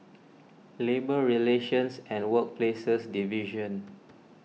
Labour Relations and Workplaces Division